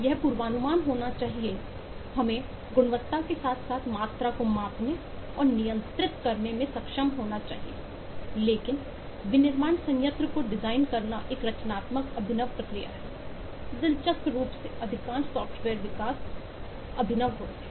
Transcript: यह पूर्वानुमान होना चाहिए हमें गुणवत्ता के साथ साथ मात्रा को मापने और नियंत्रित करने में सक्षम होना चाहिए लेकिन विनिर्माण संयंत्र को डिजाइन करना एक रचनात्मक अभिनव प्रक्रिया है दिलचस्प रूप से अधिकांश सॉफ्टवेयर विकास अभिनव होते है